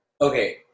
Okay